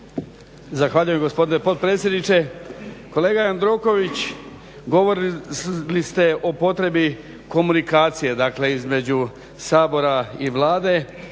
Zahvaljujem gospodine potpredsjedniče. Kolega Jandroković, govorili ste o potrebi komunikacije između Sabora i Vlade